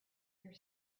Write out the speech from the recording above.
your